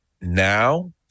now